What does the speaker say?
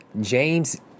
James